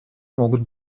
могут